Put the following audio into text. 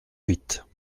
huit